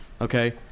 okay